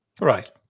right